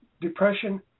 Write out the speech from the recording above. depression